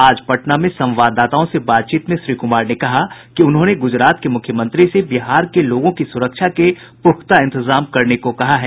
आज पटना में संवाददाताओं से बातचीत में श्री कुमार ने कहा कि उन्होंने गुजरात के मुख्यमंत्री से बिहार के लोगों की सुरक्षा के पुख्ता इंतजाम करने को कहा है